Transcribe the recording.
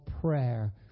prayer